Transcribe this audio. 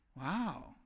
Wow